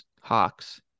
hawks